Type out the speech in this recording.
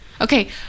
Okay